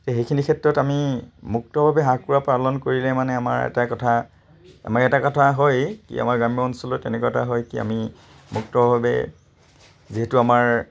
সেইখিনি ক্ষেত্ৰত আমি মুক্তভাৱে হাঁহ কুকুৰা পালন কৰিলে মানে আমাৰ এটা কথা আমাৰ এটা কথা হয় কি আমাৰ গ্ৰাম্য অঞ্চলত এনেকুৱা এটা হয় কি আমি মুক্তভাৱে যিহেতু আমাৰ